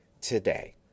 today